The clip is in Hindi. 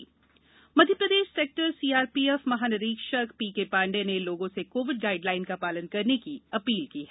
जन आंदोलन मध्यप्रदेश सेक्टर सीआरपीएफ महानिरीक्षक पीकेपाण्डे ने कोविड गाइड लाइन का पालन करने की अपील की है